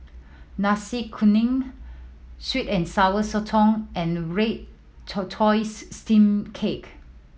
Nasi Kuning sweet and Sour Sotong and red tortoise steamed cake